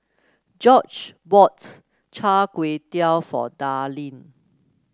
Josh bought Char Kway Teow for Darlene